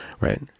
right